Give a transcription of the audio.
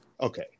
Okay